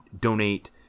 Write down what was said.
donate